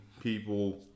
people